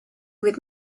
with